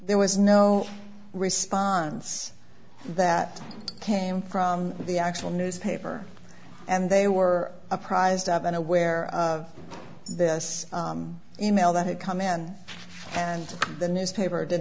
there was no response that came from the actual newspaper and they were apprised of and aware of this e mail that had come in and the newspaper did